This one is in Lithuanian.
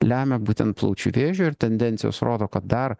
lemia būtent plaučių vėžio ir tendencijos rodo kad dar